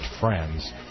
friends